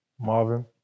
Marvin